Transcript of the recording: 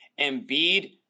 Embiid